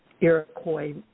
Iroquois